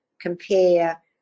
compare